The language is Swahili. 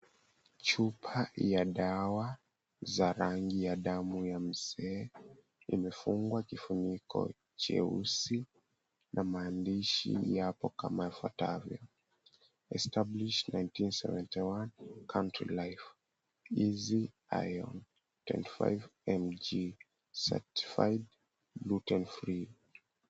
Chupa ya dawa, za rangi ya damu ya mzee. Imefungwa kifuniko cheusi, na maandishi yako kama ifuatavyo, Established in 1971 Country Life. Easy iron 25 mg, Certified Gluten-free.